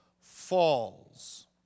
falls